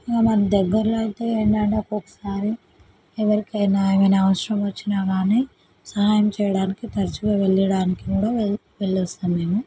ఇక మన దగ్గరలో అయితే ఏంటంటే ఒక్కొక్కసారి ఎవరికైనా ఏమైనా అవసరం వచ్చినా కానీ సహాయం చేయడానికి తరచుగా వెళ్ళడానికి కూడా వెళ్ళొస్తాము మేము